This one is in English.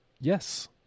Yes